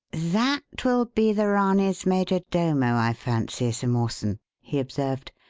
that will be the ranee's major domo, i fancy, sir mawson, he observed,